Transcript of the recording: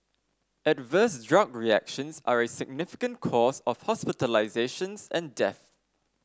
adverse drug reactions are a significant cause of hospitalisations and deaths